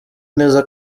neza